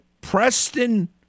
Preston